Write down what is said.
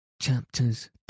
chapters